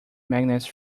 magnets